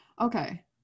okay